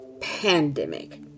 pandemic